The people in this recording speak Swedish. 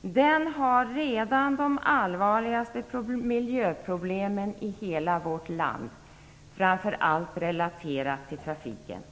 Den har redan de allvarligaste miljöproblemen i hela vårt land, framför allt relaterat till trafiken.